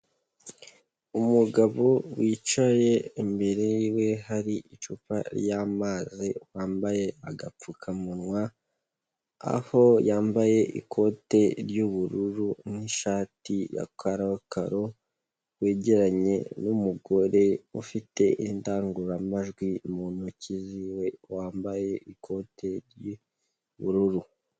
Umugabo wicaye imbere y'iwe hari icupa ry'amazi wambaye agapfukamunwa, aho yambaye ikote ry'ubururu n'ishati ya karakaro, wegeranye n'umugore ufite indangururamajwi mu ntoki z'iwe wambaye ikote ry'ubururu